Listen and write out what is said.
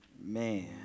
Man